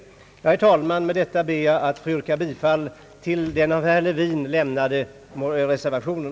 Med detta, herr talman, ber jag att få yrka bifall till den av herr Levin lämnade reservationen.